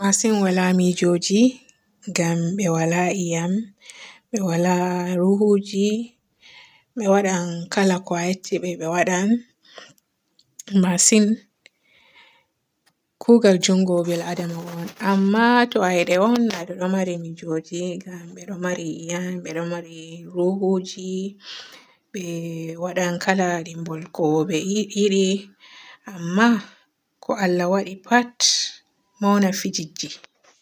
Masin waala mijuji, ngam be waala yi'am. Be waala ruhuji. Be waadan kala ko a yecci be be waadan. Masin kuugal njuungo biladama on amma to hayde ommi be ɗo maari mijuji ngam be ɗo maari yi'am be ɗo maari ruhuji. Be waadan kala dimbol ko be yi-yiɗi amma ko Allah waaɗi pat mauna fijijji.